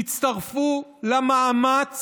תצטרפו למאמץ